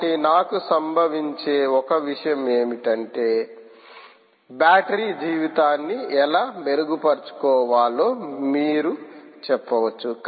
కాబట్టి నాకు సంభవించే ఒక విషయం ఏమిటంటే బ్యాటరీ జీవితాన్ని ఎలా మెరుగుపరుచుకోవాలో మీరు చెప్పవచ్చు